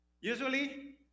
usually